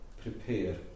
prepare